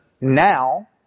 now